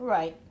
Right